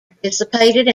participated